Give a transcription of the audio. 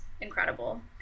incredible